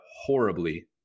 horribly